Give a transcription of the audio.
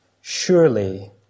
Surely